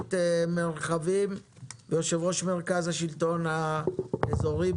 האזורית מרחבים ויושב-ראש מרכז השלטון האזורי,